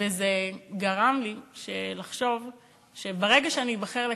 וזה גרם לי לחשוב שברגע שאבחר לכנסת,